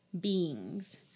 beings